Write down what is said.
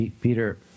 Peter